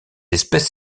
espèce